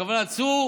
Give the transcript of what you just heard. הכוונה: צאו